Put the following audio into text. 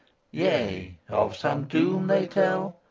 yea, of some doom they tell?